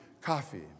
coffee